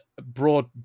broad